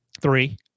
Three